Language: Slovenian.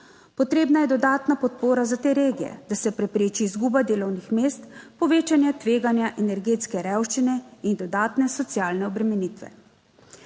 Potrebna je dodatna podpora za te regije, da se prepreči izguba delovnih mest, povečanje tveganja energetske revščine in dodatne socialne obremenitve.